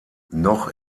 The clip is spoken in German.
noch